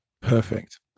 perfect